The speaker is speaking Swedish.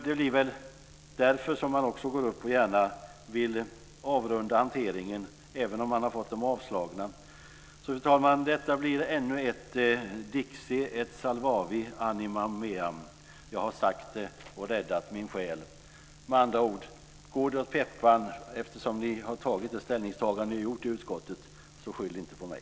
Det är väl därför som man gärna vill gå upp i talarstolen och avrunda hanteringen, även om motionen har avstyrkts. Fru talman! Detta blir alltså ännu ett dixi et salvavi animam meam - jag har sagt det och räddat min själ. Med andra ord: Går det åt pepparn, eftersom utskott har gjort det ställningstagande som man har gjort, så skyll inte på mig.